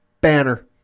Banner